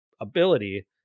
ability